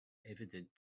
evident